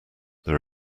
there